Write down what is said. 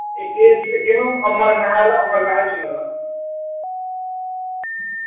इक एह् इक अमर मैह्ल अमर मैह्ल सुने दा